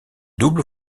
double